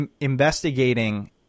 investigating